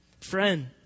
friend